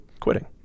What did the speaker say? quitting